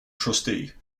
trustee